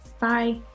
bye